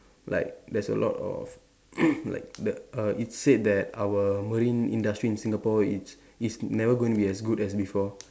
like there's a lot of like the err it's said that our marine industry in Singapore it's is never going to be as good as before